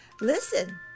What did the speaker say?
Listen